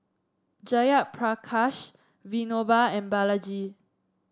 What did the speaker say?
Jayaprakash Vinoba and Balaji